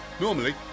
normally